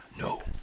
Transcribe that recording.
No